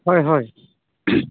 হয় হয়